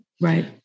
Right